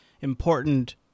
important